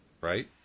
Right